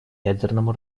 ядерному